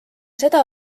seda